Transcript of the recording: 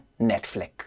Netflix